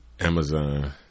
Amazon